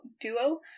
duo